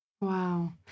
Wow